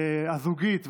הזוגית,